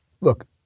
Look